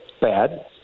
bad